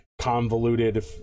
convoluted